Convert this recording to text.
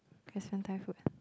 some Thai food